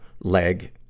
leg